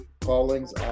callings